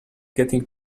getting